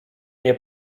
nie